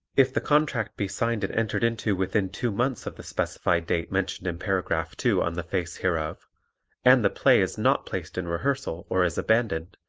if the contract be signed and entered into within two months of the specific date mentioned in paragraph two on the face hereof and the play is not placed in rehearsal or is abandoned,